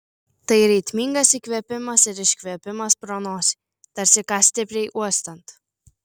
tai ritmingas įkvėpimas ir iškvėpimas pro nosį tarsi ką stipriai uostant